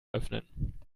öffnen